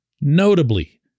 notably